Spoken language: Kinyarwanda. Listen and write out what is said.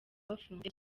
bafunze